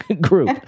group